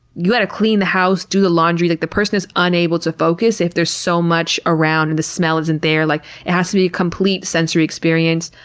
you've got to clean the house, do the laundry. like the person is unable to focus if there's so much around, and the smell isn't there. like it has to be complete sensory experience.